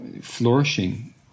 flourishing